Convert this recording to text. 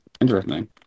Interesting